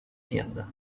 tienda